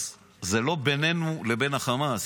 אז זה לא בינינו לבין החמאס,